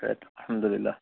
الحمدُاللہ